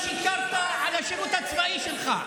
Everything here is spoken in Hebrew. אתה גם שיקרת לגבי השירות הצבאי שלך.